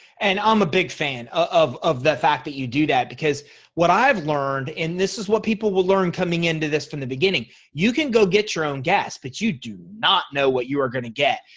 and i'm a big fan of of the fact that you do that because what i've learned in this is what people will learn coming into this from the beginning. you can go get your own guest but you do not know what you are going to get.